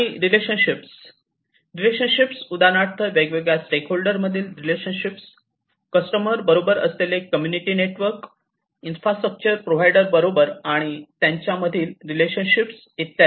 आणि relationships relationships उदाहरणार्थ वेगवेगळ्या स्टॅकहोल्डर मधील रिलेशनशिप्स कस्टमर बरोबर असलेले कम्युनिटी नेटवर्क इन्फ्रास्ट्रक्चर प्रोव्हायडर बरोबर आणि त्यांच्या मधील रिलेशनशिप्स इत्यादी